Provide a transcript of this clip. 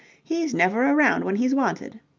he's never around when he's wanted.